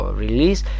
release